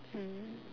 mm